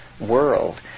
world